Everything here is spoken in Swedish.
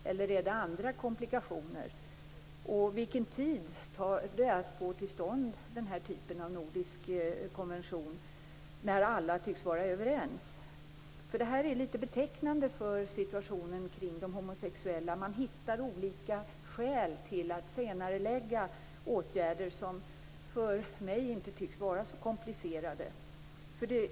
Eller är det andra komplikationer? Hur lång tid tar det att få till stånd den här typen av nordisk konvention, när alla tycks vara överens? Detta är litet betecknande för situationen kring de homosexuella. Man hittar olika skäl för att senarelägga åtgärder som för mig inte tycks vara så komplicerade.